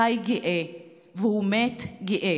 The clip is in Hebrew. חי גאה והוא מת גאה,